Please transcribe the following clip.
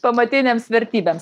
pamatinėms vertybėms